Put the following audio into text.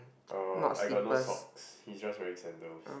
orh I got no socks he just wearing sandals